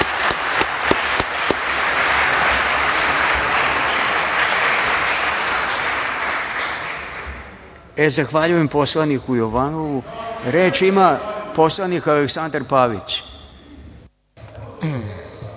Zahvaljujem poslaniku Jovanovu. Reč ima poslanik Aleksandar Pavić.